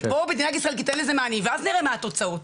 בואו מדינת ישראל תיתן לזה מענים ואז נראה מה התוצאות.